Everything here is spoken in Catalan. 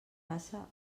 passa